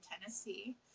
Tennessee